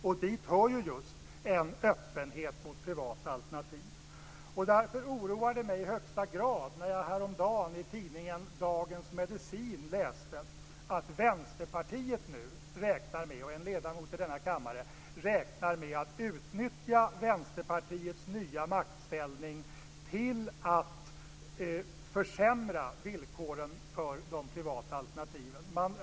Och dit hör just en öppenhet mot privata alternativ. Därför oroade det mig i högsta grad när jag häromdagen i tidningen Dagens Medicin läste om Vänsterpartiet och om att en ledamot i denna kammare räknar med att utnyttja Vänsterpartiets nya maktställning till att försämra villkoren för de privata alternativen.